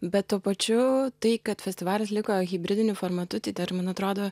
bet tuo pačiu tai kad festivalis liko hibridiniu formatu tai dar man atrodo